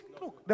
look